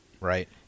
Right